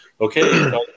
okay